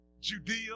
Judea